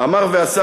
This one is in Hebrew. אמר ועשה.